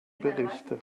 berichte